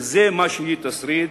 וזה מה שהיא תשריד,